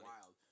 wild